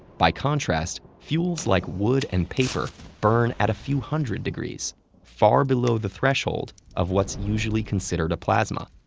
by contrast, fuels like wood and paper burn at a few hundred degrees far below the threshold of what's usually considered a plasma.